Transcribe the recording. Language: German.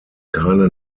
keine